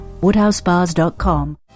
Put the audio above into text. woodhousebars.com